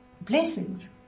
blessings